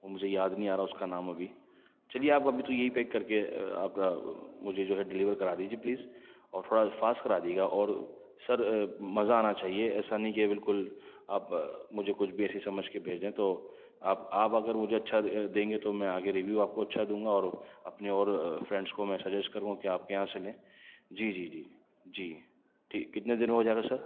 وہ مجھے یاد نہیں آ رہا اس کا نام ابھی چلیے آپ ابھی تو یہی پیک کر کے آپ ذرا مجھے جو ہے ڈلیورڈ کرا دیجئے پلیز اور تھوڑا فاسٹ کرا دیجئے گا اور سر مزہ آنا چاہیے ایسا نہیں کہ بالکل آپ مجھے کچھ بھی ایسے سمجھ کے بھیجیں تو آپ آپ اگر مجھے اچھا دیں گے تو میں آگے ریویو آپ کو اچھا دوں گا اور اپنے اور فرینڈس کو سجیس کروں گا کہ آپ کے یہاں سے لیں جی جی جی جی ٹھیک کتنے دیر میں ہو جائے گا سر